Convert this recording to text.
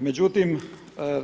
Međutim,